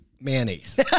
Mayonnaise